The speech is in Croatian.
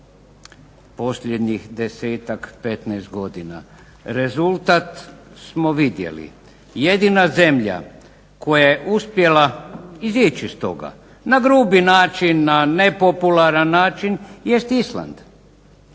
posljednjih 10-ak, 15 godina. Rezultat smo vidjeli. Jedina zemlja koja je uspjela izaći iz toga na grubi način na nepopularan način jest Island.